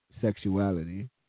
Sexuality